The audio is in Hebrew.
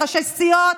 ראשי סיעות,